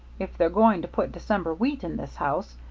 if they're going to put december wheat in this house,